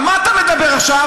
על מה אתה מדבר עכשיו?